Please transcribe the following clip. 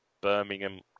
Birmingham